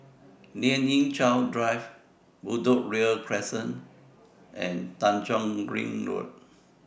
Lien Ying Chow Drive Bedok Ria Crescent and Tanjong Kling Road